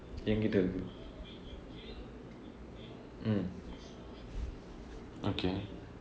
mm okay